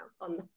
on